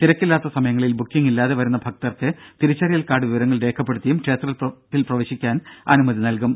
തിരക്കില്ലാത്ത സമയങ്ങളിൽ ബുക്കിംഗ് ഇല്ലാതെ വരുന്ന ഭക്തർക്ക് തിരിച്ചറിയൽ കാർഡ് വിവരങ്ങൾ രേഖപ്പെടുത്തിയും ക്ഷേത്രത്തിൽ പ്രവേശിക്കാൻ അനുമതി നൽകും